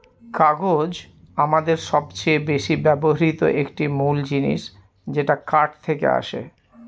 কাগজ আমাদের সবচেয়ে বেশি ব্যবহৃত একটি মূল জিনিস যেটা কাঠ থেকে আসে